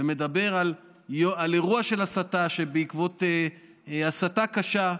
ומדבר על אירוע הסתה שבעקבות הסתה קשה,